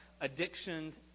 addictions